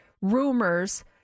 rumors